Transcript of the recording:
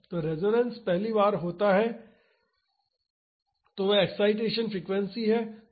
तो जब रेसोनेंस पहली बार होता है तो वह एक्ससाइटेसन फ्रीक्वेंसी है